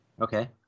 Okay